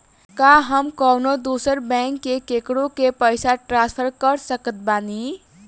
का हम कउनों दूसर बैंक से केकरों के पइसा ट्रांसफर कर सकत बानी?